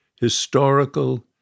historical